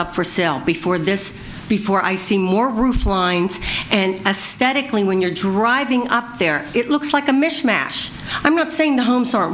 up for sale before this before i see more roof lines and a statically when you're driving up there it looks like a mishmash i'm not saying the homes